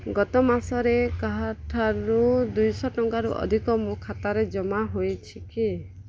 ଗତ ମାସରେ କାହାଠାରୁ ଦୁଇ ଶହ ଟଙ୍କାରୁ ଅଧିକ ମୋ ଖାତାରେ ଜମା ହୋଇଛି କି